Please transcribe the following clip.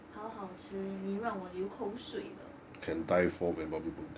好好吃你让我流口水了